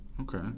okay